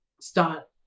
start